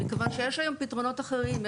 יש היום פתרונות אחרים.